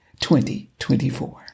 2024